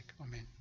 Amen